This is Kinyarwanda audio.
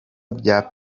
bya